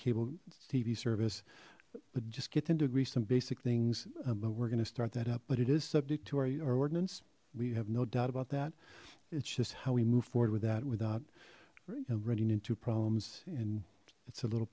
cable tv service but just get them to agree some basic things but we're gonna start that up but it is subject to our ordinance we have no doubt about that it's just how we move forward with that without running into problems and it's a little